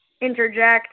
interject